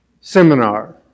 seminar